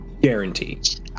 Guaranteed